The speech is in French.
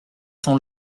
sans